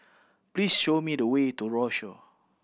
please show me the way to Rochor